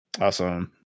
Awesome